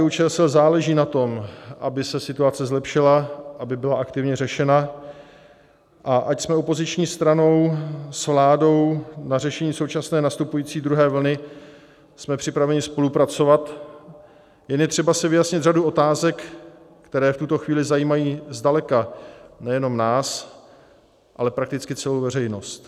KDUČSL záleží na tom, aby se situace zlepšila, aby byla aktivně řešena, a ač jsme opoziční stranou, s vládou na řešení současné nastupující druhé vlny jsme připraveni spolupracovat, jen je třeba si vyjasnit řadu otázek, které v tuto chvíli zajímají zdaleka nejenom nás, ale prakticky celou veřejnost.